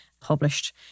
published